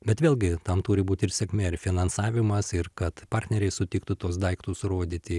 bet vėlgi tam turi būt ir sėkmė ir finansavimas ir kad partneriai sutiktų tuos daiktus rodyti